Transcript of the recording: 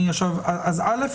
אנחנו